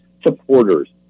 supporters